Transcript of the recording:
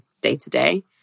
day-to-day